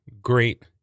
great